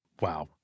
Wow